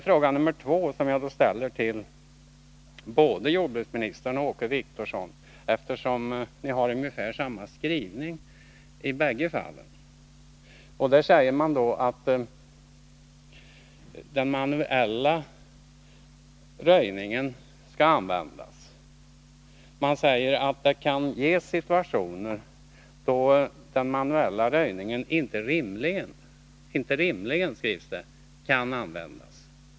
Fråga två är till både jordbruksministern och Åke Wictorsson, eftersom de har ungefär samma skrivning. De säger att den manuella röjningen skall användas, men de säger också att det kan ges situationer då en manuell röjning inte rimligen kan användas.